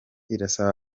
irasaba